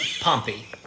Pompey